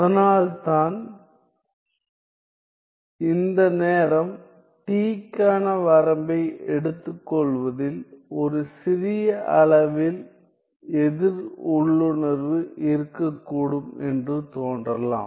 அதனால் தான் இந்த நேரம் t க்கான வரம்பை எடுத்துக்கொள்வதில் ஒரு சிறிய அளவில் எதிர் உள்ளுணர்வு இருக்கக் கூடும் என்று தோன்றலாம்